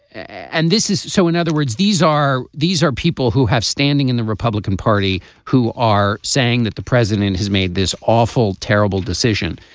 and this is so in other words these are these are people who have standing in the republican party who are saying that the president has made this awful terrible decision.